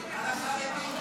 --- על החרדים,